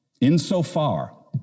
insofar